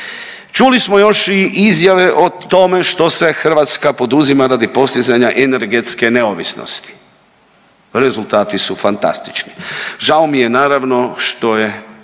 Čuli smo još i izjave o tome što sve Hrvatska poduzima radi postizanja energetske neovisnosti, rezultati su fantastični. Žao mi je naravno što je